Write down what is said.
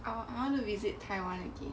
I want to visit taiwan again